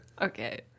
okay